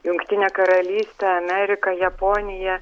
jungtinė karalystė amerika japonija